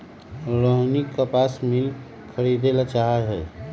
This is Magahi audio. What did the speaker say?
रोहिनी कपास मिल खरीदे ला चाहा हई